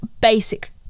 basic